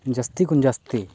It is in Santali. ᱡᱟᱹᱥᱛᱤ ᱠᱷᱚᱱ ᱡᱟᱹᱥᱛᱤ